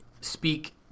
speak